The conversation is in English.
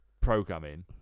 programming